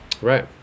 Right